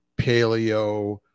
paleo